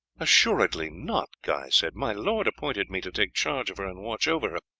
assuredly not! guy said. my lord appointed me to take charge of her and watch over her,